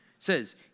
says